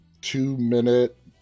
two-minute